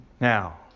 Now